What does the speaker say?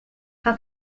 how